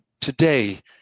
today